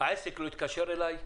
העסק לא התקשר אליי,